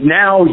now